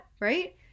right